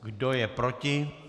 Kdo je proti?